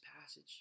passage